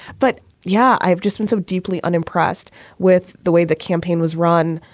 but yeah, i've just been so deeply unimpressed with the way the campaign was run,